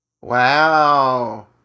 Wow